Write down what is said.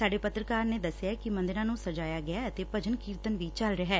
ਸਾਡੇ ਪਤਰਕਾਰਾਂ ਨੇ ਦਸਿਆ ਕਿ ਮੰਦਰਾਂ ਨੂੰ ਸਜਾਇਆ ਗਿਐ ਅਤੇ ਭਜਨ ਕੀਰਤਨ ਵੀ ਚੱਲ ਰਿਹੈ